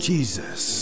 Jesus